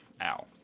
Ow